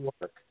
work